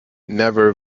never